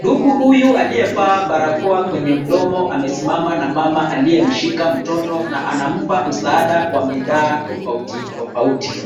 Ndugu huyu aliyevaa barakoa kwenye mdomo amesimama na mama aliyemshika mtoto na anampa msaada wa bidhaa tofauti tofauti.